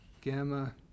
gamma